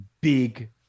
big